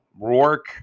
Rourke